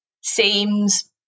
seems